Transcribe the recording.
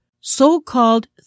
so-called